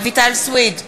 רויטל סויד,